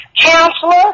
Counselor